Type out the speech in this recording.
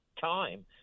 time